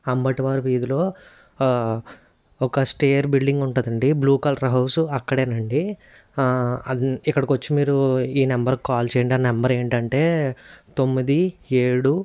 అంబటివారి వీధిలో ఒక stair building ఉంటుందండి బ్లూ కలర్ హౌసు అక్కడేనండి అన్ ఇక్కడికి వచ్చి మీరు ఈ నెంబర్ కాల్ చేయండి ఆ నెంబర్ ఏంటంటే తొమ్మిది ఏడు